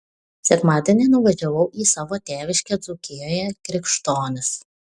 sekmadienį nuvažiavau į savo tėviškę dzūkijoje krikštonis